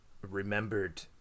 remembered